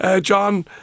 John